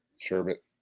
Sherbet